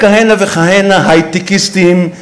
ועוד כהנה וכהנה היי-טקיסטים,